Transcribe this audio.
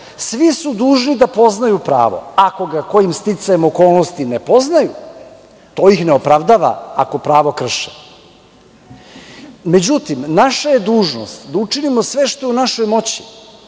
Svi su dužni da poznaju pravo. Ako ga, kojim sticajem okolnosti ne poznaju, to ih ne opravdava ako pravo krše. Međutim, naša je dužnost da učinimo sve što je u našoj moći